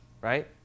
right